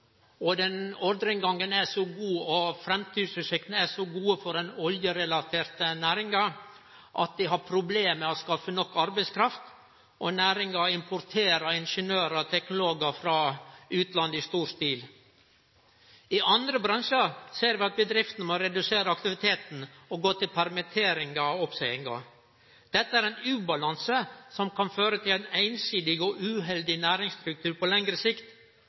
eksportindustri. Den oljerelaterte industrien har veldig god ordreinngang. Denne ordreinngangen er så god og framtidsutsiktene er så gode for den oljerelaterte næringa at dei har problem med å skaffe nok arbeidskraft, og næringa importerer ingeniørar og teknologar frå utlandet i stor stil. I andre bransjar ser vi at bedriftene må redusere aktiviteten og gå til permitteringar og oppseiingar. Dette er ein ubalanse som kan føre til ein einsidig og uheldig næringsstruktur på lengre sikt.